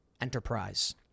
enterprise